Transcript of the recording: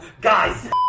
Guys